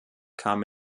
kam